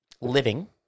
living